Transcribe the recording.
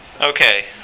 Okay